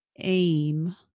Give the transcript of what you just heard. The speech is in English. aim